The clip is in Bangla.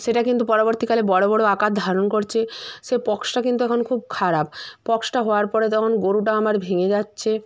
সেটা কিন্তু পরবর্তীকালে বড়ো বড়ো আকার ধারণ করছে সে পক্সটা কিন্তু এখন খুব খারাপ পক্সটা হওয়ার পরে তখন গোরুটা আমার ভেঙে যাচ্ছে